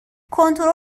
کنترلم